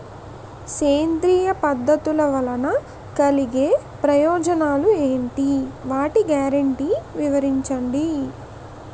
సేంద్రీయ పద్ధతుల వలన కలిగే ప్రయోజనాలు ఎంటి? వాటి గ్యారంటీ వివరించండి?